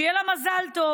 שיהיה לה מזל טוב.